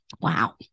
wow